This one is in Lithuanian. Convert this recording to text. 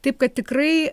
taip kad tikrai